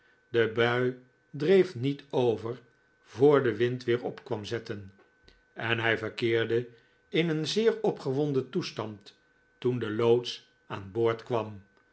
de bui dreef niet over voor de wind weer op kwam zetten en hij verkeerde in een zeer opgewonden toestand toen de loods aan j boord kwam